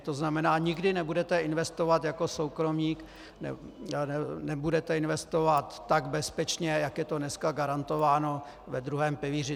To znamená, nikdy nebudete investovat jako soukromník, nebudete investovat tak bezpečně, jak je to dneska garantováno ve druhém pilíři.